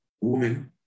woman